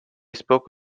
spoke